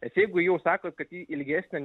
nes jeigu jau sakot kad ji ilgesnė